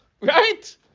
right